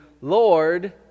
Lord